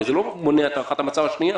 הרי זה לא מונע את הערכת המצב השנייה.